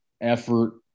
effort